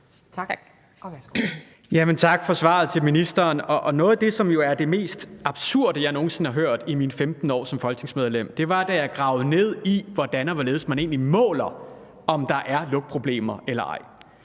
Tak til ministeren for svaret. Noget af det, som jo er det mest absurde, jeg nogen sinde har hørt i mine 15 år som folketingsmedlem, var, da jeg gravede ned i, hvordan og hvorledes man egentlig måler, om der er lugtproblemer eller ej.